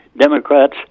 Democrats